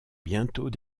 bientôt